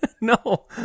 no